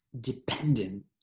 dependent